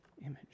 image